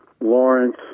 Lawrence